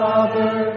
Father